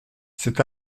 cet